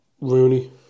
Rooney